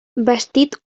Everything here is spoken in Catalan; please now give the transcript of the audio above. vestit